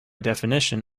definition